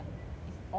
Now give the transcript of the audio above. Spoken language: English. it's all the subject